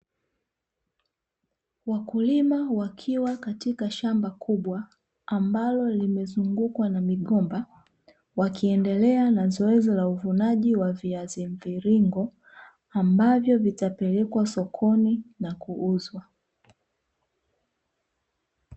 Wakulima wakiwa katika shamba kubwa, ambalo limezungukwa na migomba, wakiendelea na zoezi la uvunaji wa viazi mviringo, ambavyo vitapelekwa sokoni na kuuzwa.